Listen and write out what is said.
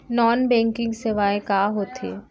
non banking सेवाएं का होथे